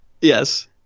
Yes